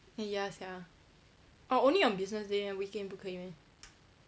eh ya sia oh only on business day meh weekend 不可以 meh